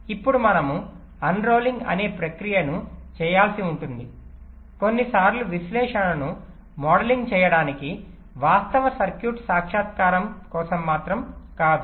ఇప్పుడు మనము అన్రోలింగ్ అనే ప్రక్రియను చేయాల్సి ఉంటుంది కొన్నిసార్లు విశ్లేషణను మోడలింగ్ చేయడానికి వాస్తవ సర్క్యూట్ సాక్షాత్కారం కోసం మాత్రం కాదు